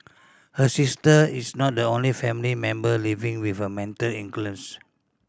her sister is not the only family member living with a mental